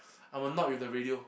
I'm annoyed with the radio